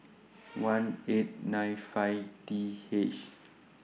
one eight nine five T H